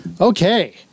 Okay